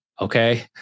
Okay